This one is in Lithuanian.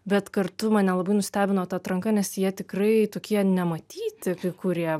bet kartu mane labai nustebino ta atranka nes jie tikrai tokie nematyti kai kurie